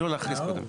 קודם,